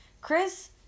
Chris